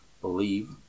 Believe